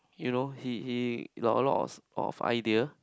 you know he he he got a lots of idea